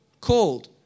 called